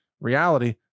reality